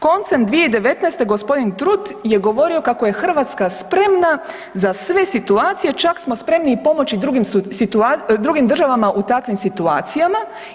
Koncem 2019. gospodin Trut je govorio kako je Hrvatska spremna za sve situacije, čak smo spremni i pomoći drugim državama u takvim situacijama.